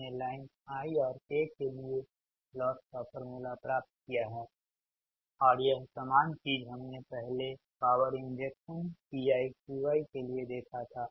हमने line I और k के लिए लॉस का फ़ॉर्मूला प्राप्त किया है और यह सामान चीज हमने पहले पावर इंजेक्शन Pi Qi के लिए देखा था